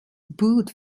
boot